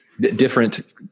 different